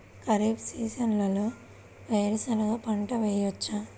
ఖరీఫ్ సీజన్లో వేరు శెనగ పంట వేయచ్చా?